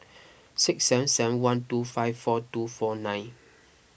six seven seven one two five four two four nine